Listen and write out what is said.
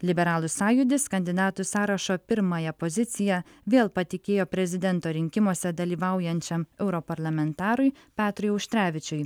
liberalų sąjūdis kandidatų sąrašo pirmąją poziciją vėl patikėjo prezidento rinkimuose dalyvaujančiam europarlamentarui petrui auštrevičiui